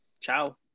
Ciao